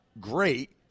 great